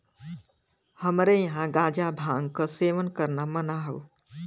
हमरे यहां गांजा भांग क सेवन करना मना हौ